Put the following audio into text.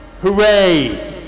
hooray